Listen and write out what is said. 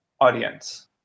audience